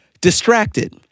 Distracted